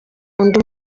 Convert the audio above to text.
undi